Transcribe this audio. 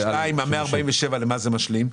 ה-147, למה זה משלים?